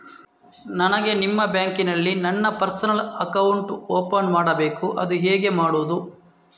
ನನಗೆ ನಿಮ್ಮ ಬ್ಯಾಂಕಿನಲ್ಲಿ ನನ್ನ ಪರ್ಸನಲ್ ಅಕೌಂಟ್ ಓಪನ್ ಮಾಡಬೇಕು ಅದು ಹೇಗೆ ಮಾಡುವುದು?